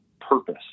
purpose